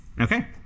Okay